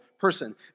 person